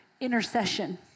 intercession